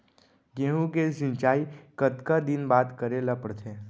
गेहूँ के सिंचाई कतका दिन बाद करे ला पड़थे?